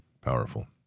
powerful